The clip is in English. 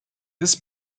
this